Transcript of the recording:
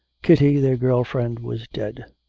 kitty, their girl friend, was dead.